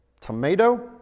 tomato